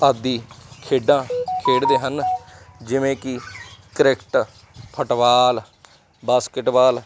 ਆਦਿ ਖੇਡਾਂ ਖੇਡਦੇ ਹਨ ਜਿਵੇਂ ਕਿ ਕ੍ਰਿਕਟ ਫੁੱਟਬਾਲ ਬਾਸਕਿਟਬਾਲ